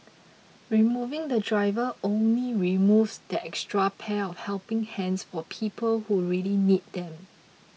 removing the driver only removes that extra pair of helping hands for people who really need them